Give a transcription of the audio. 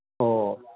ꯑꯣ